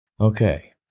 Okay